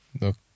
look